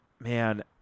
man